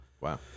Wow